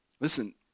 Listen